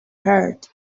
heard